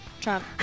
Trump